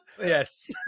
yes